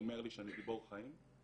אומר לי שאני גיבור חיים אז